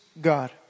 God